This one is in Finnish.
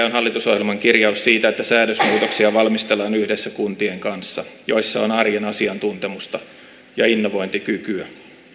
on hallitusohjelman kirjaus siitä että säädösmuutoksia valmistellaan yhdessä kuntien kanssa joissa on arjen asiantuntemusta ja innovointikykyä